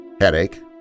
headache